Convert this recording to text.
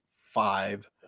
five